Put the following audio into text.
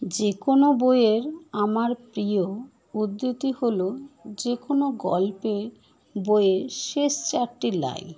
যে কোনো বইয়ের আমার প্রিয় পদ্ধতি হলো যে কোনো গল্পে বইয়ের শেষ চারটি লাইন